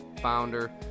founder